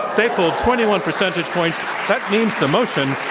they pulled twenty one percentage points. that means the motion,